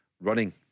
running